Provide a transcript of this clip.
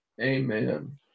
Amen